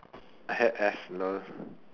I had